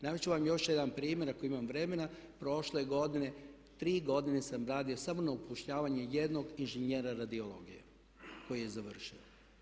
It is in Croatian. Navest ću vam još jedan primjer ako imam vremena prošle godine tri godine sam radio samo na upošljavanje jednog inženjera radiologije koji je završio.